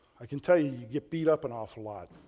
i can tell you, you get beat up in awful lot.